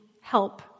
help